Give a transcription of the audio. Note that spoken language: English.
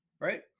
Right